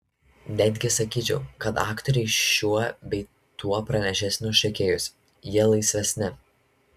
netgi sakyčiau kad aktoriai šiuo bei tuo pranašesni už šokėjus jie laisvesni